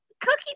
Cookie